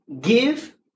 give